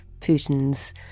Putin's